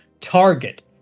Target